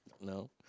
No